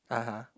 (uh huh)